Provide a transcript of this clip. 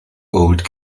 old